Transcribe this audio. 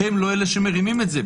הם לא אלה שמרימים את זה.